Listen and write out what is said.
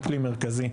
כלי מרכזי,